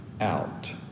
out